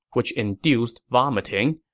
which induced vomiting.